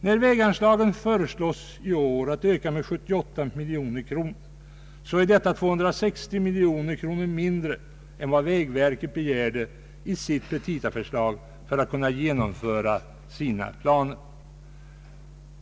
När väganslagen i år föreslås uppräknade med 78 miljoner kronor så innebär detta en nedskärning totalt sett av anslagen med 260 miljoner kronor i förhållande till vad vägverket begärde i sina petita för att kunna genomföra planerna.